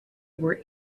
were